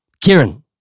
Kieran